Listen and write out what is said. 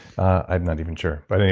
i'm not even sure. but, anyway.